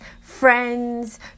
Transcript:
friends